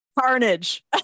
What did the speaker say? carnage